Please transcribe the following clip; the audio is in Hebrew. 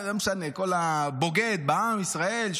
כל מי בוגד בעם ישראל,